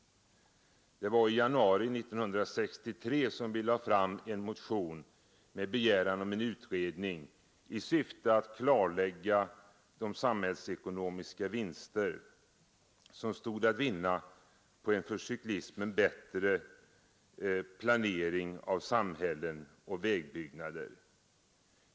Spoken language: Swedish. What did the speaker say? Det var i januari 1963 som vi lade fram en motion med begäran om en utredning i syfte att klarlägga de samhällsekonomiska vinster som kunde göras på en för cyklismen bättre planering av samhällen och vägbyggnader.